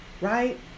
Right